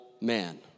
man